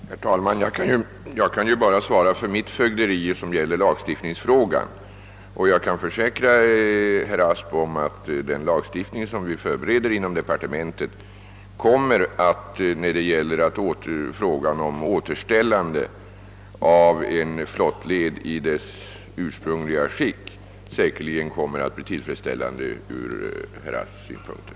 Herr talman! Jag kan bara svara för mitt fögderi som omfattar lagstiftningsfrågan. Jag kan försäkra herr Asp om att den lagstiftning som vi förbereder inom departementet, när de gäller frågan om återställande av flottled i dess ursprungliga skick, säkerligen kommer att bli tillfredsställande ur herr Asps synpunkter.